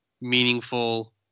meaningful